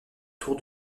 tour